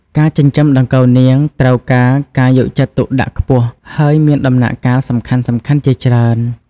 ការចិញ្ចឹមដង្កូវនាងត្រូវការការយកចិត្តទុកដាក់ខ្ពស់ ហើយមានដំណាក់កាលសំខាន់ៗជាច្រើន។